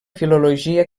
filologia